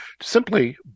simply